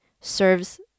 serves